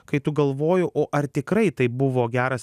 kai tu galvoji o ar tikrai tai buvo geras